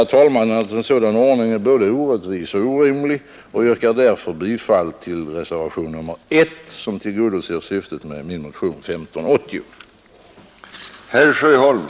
Jag vidhåller att en sådan ordning är både orättvis och orimlig och yrkar därför bifall till reservationen 1, som tillgodoser syftet med min motion nr 1580.